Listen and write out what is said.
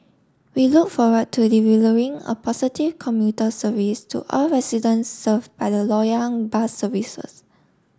we look forward to delivering a positive commuter service to all residents serve by the Loyang bus services